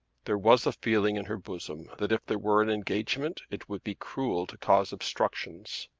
there was a feeling in her bosom that if there were an engagement it would be cruel to cause obstructions.